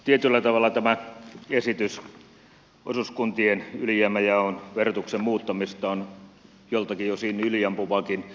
tietyllä tavalla tämä esitys osuuskuntien ylijäämänjaon verotuksen muuttamisesta on joltakin osin yliampuvakin